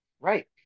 right